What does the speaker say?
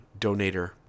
donator